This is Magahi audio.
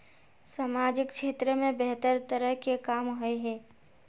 सामाजिक क्षेत्र में बेहतर तरह के काम होय है?